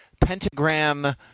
pentagram